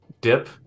dip